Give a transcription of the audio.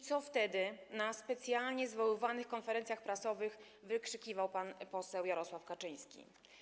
Co wtedy na specjalnie zwoływanych konferencjach prasowych wykrzykiwał pan poseł Jarosław Kaczyński?